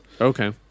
okay